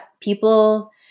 People